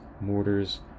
mortars